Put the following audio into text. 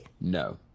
No